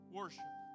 worship